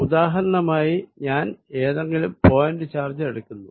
ഉദാഹരണമായി ഞാൻ ഏതെങ്കിലും പോയിന്റ് ചാർജ് എടുക്കുന്നു